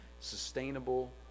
sustainable